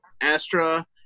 Astra